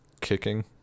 Kicking